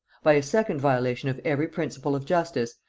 by a second violation of every principle of justice,